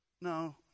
No